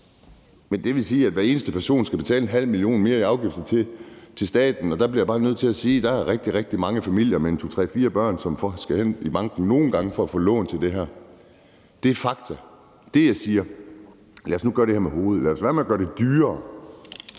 Men det vil sige, at hver eneste person skal betale en halv million kroner mere i afgifter til staten. Der bliver jeg bare nødt til at sige, at der er rigtig, rigtig mange familier med to, tre, fire børn, som skal hen i banken nogle gange for at få lån til det her. Det er fakta! Det, jeg siger, er: Lad os nu gøre det her med hovedet, lad os lade være med at gøre det dyrere